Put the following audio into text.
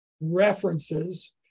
references